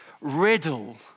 riddle